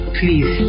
please